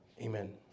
Amen